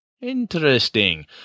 Interesting